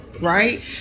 Right